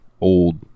old